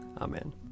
Amen